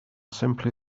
simply